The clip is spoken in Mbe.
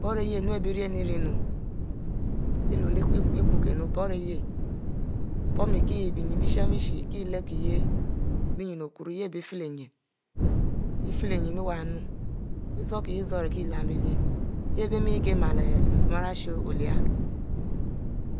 Borieyeh nnu ari bie rie-rieh nnu eluel ikuw kie nnu chie rom mie kie benyin bie shime bie she kie lekieh yeh bie nyin oƙu ro yeh bie ifie nyin, ifie nyin iwununu ezorkieyeh mie ikie mielo npon arishe olie